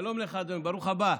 שלום לך, אדוני, ברוך הבא.